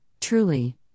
truly